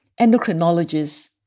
endocrinologists